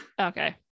okay